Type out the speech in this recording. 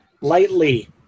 lightly